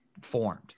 formed